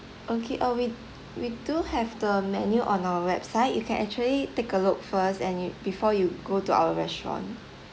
okay uh we we do have the menu on our website you can actually take a look first and you before you go to our restaurant